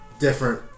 different